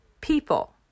people